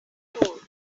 behold